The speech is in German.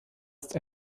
ist